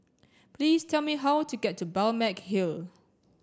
please tell me how to get to Balmeg Hill